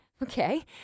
Okay